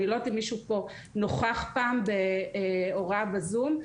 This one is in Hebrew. אני לא יודעת אם מישהו פה נוכח פעם בהוראה בזום,